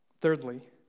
Thirdly